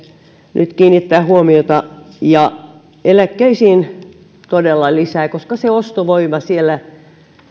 nyt todella kiinnittää huomiota indeksiin ja eläkkeisiin koska se ostovoima siellä